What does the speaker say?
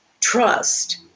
trust